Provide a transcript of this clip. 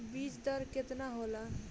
बीज दर केतना होला?